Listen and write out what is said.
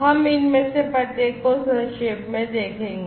हम इनमें से प्रत्येक को संक्षेप में देखेंगे